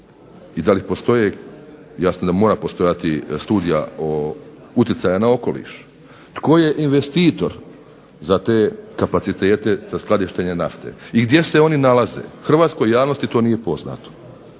i da li postoje, jasno da mora postojati studija o utjecaja na okoliš. Tko je investitor za te kapacitete, za skladištenje nafte? I gdje se oni nalaze? Hrvatskoj javnosti to nije poznato.